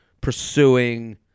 pursuing